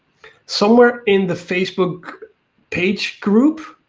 somewhere in the facebook page group,